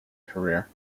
career